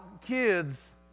kids